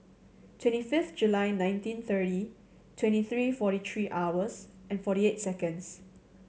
twenty fifth July nineteen thirty twenty three forty three hours and forty eight seconds